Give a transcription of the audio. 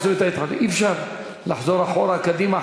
אי-אפשר לחזור אחורה, קדימה.